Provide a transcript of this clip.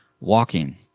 walking